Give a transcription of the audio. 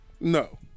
No